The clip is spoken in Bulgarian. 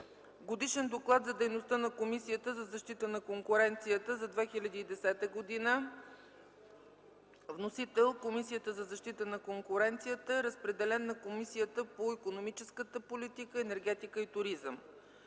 Годишен доклад за дейността на Комисията за защита на конкуренцията за 2010 г. Вносител - Комисията за защита на конкуренцията. Разпределен е на Комисията по икономическа политика, енергетика и туризъм.